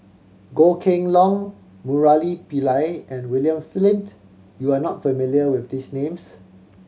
Goh Kheng Long Murali Pillai and William Flint you are not familiar with these names